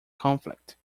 conflict